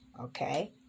Okay